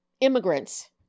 immigrants